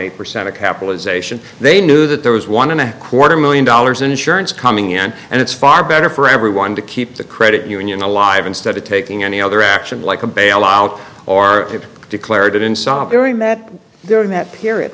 eight percent of capitalization they knew that there was one and a quarter million dollars in insurance coming in and it's far better for everyone to keep the credit union alive instead of taking any other action like a bailout or declared it in saberi may there in that period